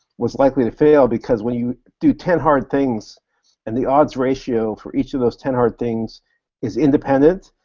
was likely to fail, because when you do ten hard things and the odds ratio for each of those ten hard things is independent,